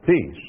peace